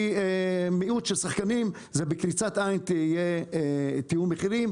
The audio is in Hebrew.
כי מיעוט של שחקנים זה בקריצת עין לתיאום מחירים.